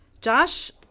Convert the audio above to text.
Josh